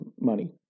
money